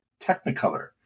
Technicolor